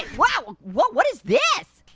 whoa! what what is this?